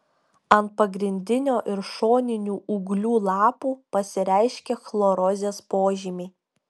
ant pagrindinio ir šoninių ūglių lapų pasireiškia chlorozės požymiai